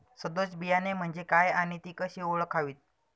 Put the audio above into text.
सदोष बियाणे म्हणजे काय आणि ती कशी ओळखावीत?